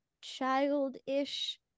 childish